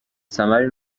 ثمری